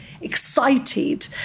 excited